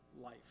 life